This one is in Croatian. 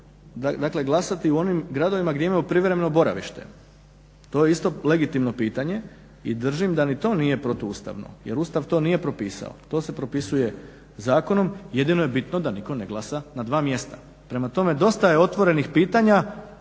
mjestu glasati u onim gradovima gdje imaju privremeno boravište. To je isto legitimno pitanje i držim da ni to nije protuustavno jer Ustav to nije propisao, to se propisuje zakonom. Jedino je bitno da nitko ne glasa na dva mjesta. Prema tome, dosta je otvorenih pitanja